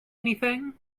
anything